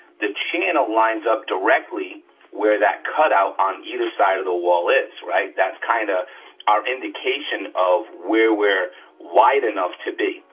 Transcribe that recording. the channel lines up directly where that cut out on either side of the wall is, right? that's kinda our indication of where we're wide enough to be,